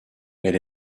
elle